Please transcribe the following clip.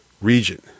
region